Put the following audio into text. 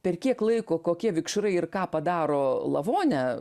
per kiek laiko kokie vikšrai ir ką padaro lavone